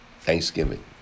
Thanksgiving